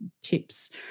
tips